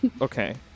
Okay